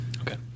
Okay